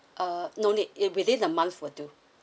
uh no need in within a month will do